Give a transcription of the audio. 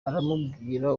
urambwira